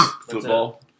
Football